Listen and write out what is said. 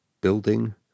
building